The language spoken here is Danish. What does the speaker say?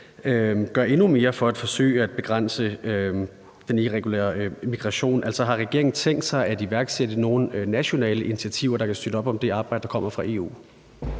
gør endnu mere for at forsøge at begrænse den irregulære migration? Altså, har regeringen tænkt sig at iværksætte nogle nationale initiativer, der kan støtte op om det arbejde, der kommer fra EU?